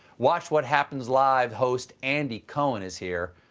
watch what happens live host andy cohen is here.